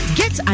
get